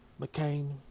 McCain